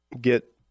get